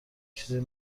چیزی